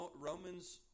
Romans